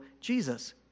Jesus